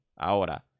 Ahora